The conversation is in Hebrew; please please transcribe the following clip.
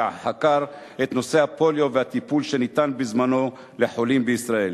שחקר את נושא הפוליו והטיפול שניתן בזמנו לחולים בישראל,